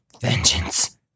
Vengeance